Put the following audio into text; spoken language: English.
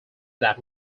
that